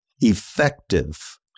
effective